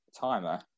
timer